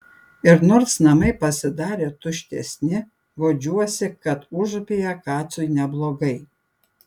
ir nors namai pasidarė tuštesni guodžiuosi kad užupyje kacui neblogai